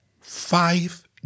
five